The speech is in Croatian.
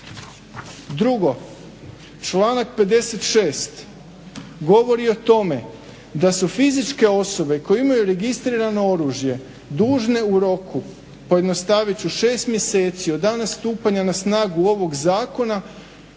Drugo, članak 56. govori o tome da su fizičke osobe koje imaju registrirano oružje dužne u roku, pojednostavit ću, šest mjeseci od dana stupanja na snagu ovog zakona